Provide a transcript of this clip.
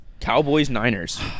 Cowboys-Niners